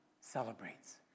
celebrates